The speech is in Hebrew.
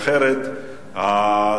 א.